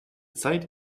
zeit